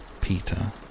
Peter